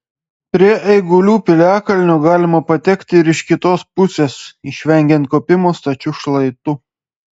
prie eigulių piliakalnio galima patekti ir iš kitos pusės išvengiant kopimo stačiu šlaitu